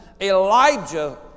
Elijah